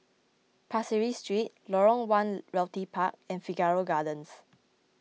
Pasir Ris Street Lorong one Realty Park and Figaro Gardens